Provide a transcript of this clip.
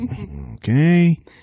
Okay